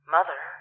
Mother